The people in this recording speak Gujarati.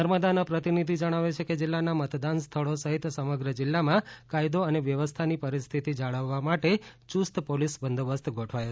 નર્મદાના પ્રતિનિધિ જણાવે છે કે જિલ્લાના મતદાન સ્થળો સહિત સમગ્ર જિલ્લામાં કાયદો અને વ્યવસ્થાની પરિસ્થિતિ જાળવવા માટે યુસ્ત પોલીસ બંદોબસ્ત ગોઠવાયો